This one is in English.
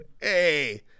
hey